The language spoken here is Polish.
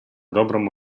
dobrą